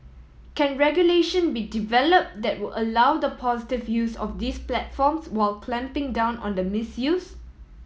can regulation be developed that will allow the positive use of these platforms while clamping down on the misuse